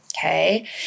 Okay